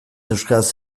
euskaraz